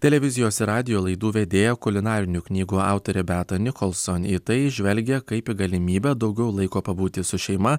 televizijos ir radijo laidų vedėja kulinarinių knygų autorė beata nicholson į tai žvelgia kaip į galimybę daugiau laiko pabūti su šeima